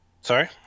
Sorry